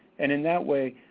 and in that way,